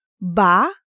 ba